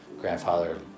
Grandfather